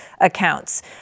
accounts